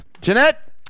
Jeanette